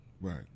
right